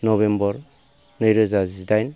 November नैरोजा जिदाइन